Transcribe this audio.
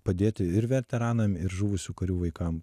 padėti ir veteranam ir žuvusių karių vaikam